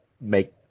make